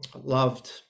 loved